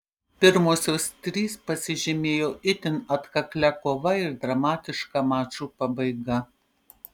pirmosios trys pasižymėjo itin atkaklia kova ir dramatiška mačų pabaiga